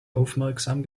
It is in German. aufmerksam